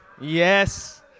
Yes